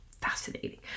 Fascinating